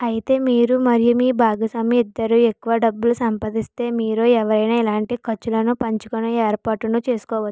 అయితే మీరు మరియు మీ భాగస్వామి ఇద్దరూ ఎక్కువ డబ్బు సంపాదిస్తే మీలో ఎవరైనా ఇలాంటి ఖర్చులను పంచుకునే ఏర్పాటును చేసుకోవచ్చు